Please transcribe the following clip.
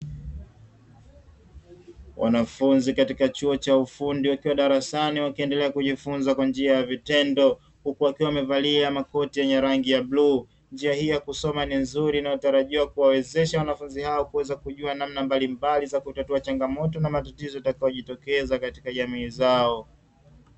Wanafunzi katika chuo cha ufundi wakiwa darasani wakiendelea kujifunza kwa njia ya vitendo, huku wakiwa wamevalia makoti ya rangi ya bluu; njia hii ya kusoma ni nzuri inayotarajiwa kuwa wezesha wanafunzi hawa kuweza kujua namna mbalimbali za kutatua changamoto na matatizo yatakayo jitokeza katika jamii zao.